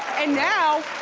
and now,